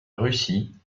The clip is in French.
russie